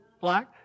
black